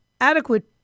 adequate